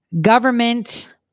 government